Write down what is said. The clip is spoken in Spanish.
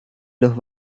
los